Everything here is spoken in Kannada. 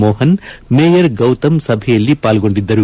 ಮೋಹನ್ ಮೇಯರ್ ಗೌತಮ್ ಸಭೆಯಲ್ಲಿ ಪಾಲ್ಗೊಂಡಿದ್ದರು